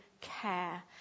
care